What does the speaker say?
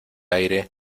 aire